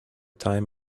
time